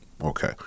Okay